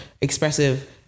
expressive